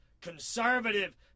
conservative